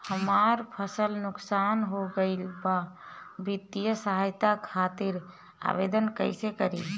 हमार फसल नुकसान हो गईल बा वित्तिय सहायता खातिर आवेदन कइसे करी?